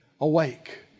Awake